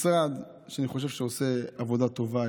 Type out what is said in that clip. משרד שעושה עבודה טובה,